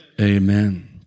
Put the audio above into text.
amen